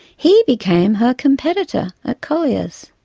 he became her competitor at collier's.